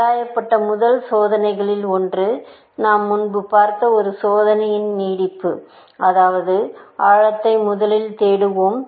ஆராயப்பட்ட முதல் யோசனைகளில் ஒன்று நாம் முன்பு பார்த்த ஒரு யோசனையின் நீட்டிப்பு அதாவது ஆழத்தை முதலில் தேடுவோம்